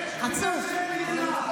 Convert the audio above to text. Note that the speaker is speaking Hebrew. שלך.